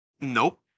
Nope